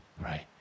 right